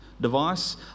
device